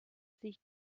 sich